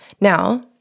Now